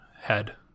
head